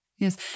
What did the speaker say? Yes